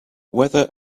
whether